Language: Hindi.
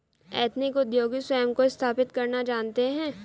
एथनिक उद्योगी स्वयं को स्थापित करना जानते हैं